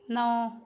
ਨੌਂ